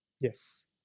yes